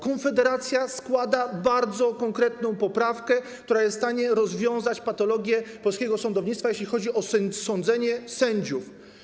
Konfederacja składa bardzo konkretną poprawkę, która jest w stanie rozwiązać patologie polskiego sądownictwa, jeśli chodzi o sądzenie sędziów.